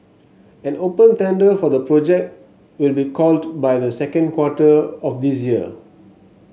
an open tender for the project will be called by the second quarter of this year